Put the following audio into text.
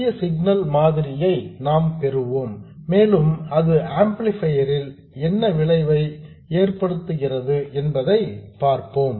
சிறிய சிக்னல் மாதிரியை நாம் பெறுவோம் மேலும் அது ஆம்ப்ளிபையர் ல் என்ன விளைவை ஏற்படுத்துகிறது என்பதை பார்ப்போம்